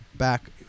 back